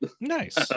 nice